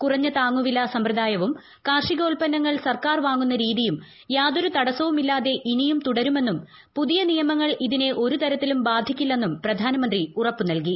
കുറഞ്ഞ് താങ്ങുവില സമ്പ്രദായവും കാർഷികോൽപന്നങ്ങൾ സർക്കാർ വാങ്ങുന്ന രീതിയും യാതൊരു തടസ്സവുമില്ലാതെ ഇനിയും തുടരുമെന്നും പുതിയ നിയമങ്ങൾ ഇതിനൊ ഒരു തരത്തിലും ബാധിക്കില്ലെന്നും പ്രധാനമന്ത്രി ഉറപ്പുനൽകി